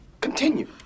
Continue